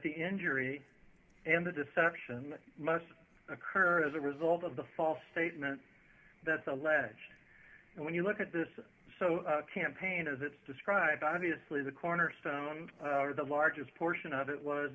the injury and the deception must occur as a result of the false statement that's alleged and when you look at this campaign as it's described obviously the cornerstone the largest portion of it was